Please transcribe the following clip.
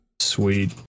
Sweet